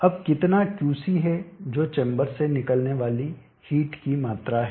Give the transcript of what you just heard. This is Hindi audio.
अब कितना Qc है जो चैम्बर से निकलने वाली हिट की मात्रा है